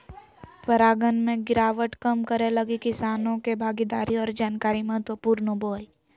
परागण के गिरावट कम करैय लगी किसानों के भागीदारी और जानकारी महत्वपूर्ण होबो हइ